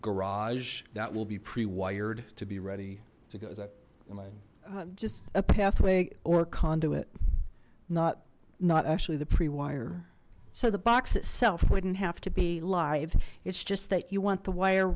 garage that will be pre wired to be ready just a pathway or conduit not not actually the pre wire so the box itself wouldn't have to be live it's just that you want the wire